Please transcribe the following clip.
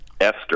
Esther